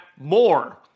more